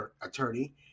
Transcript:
attorney